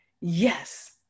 Yes